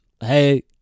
hey